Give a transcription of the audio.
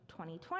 2020